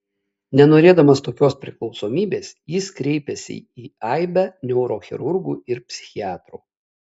nenorėdamas tokios priklausomybės jis kreipėsi į aibę neurochirurgų ir psichiatrų